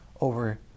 over